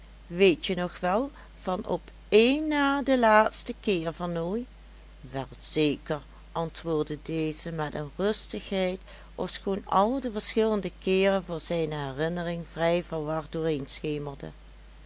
latijn weetje nog wel van op één na den laatsten keer vernooy wel zeker antwoordde deze met rustigheid ofschoon al de verschillende keeren voor zijne herinnering vrij verward